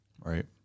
right